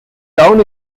town